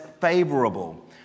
favorable